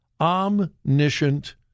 omniscient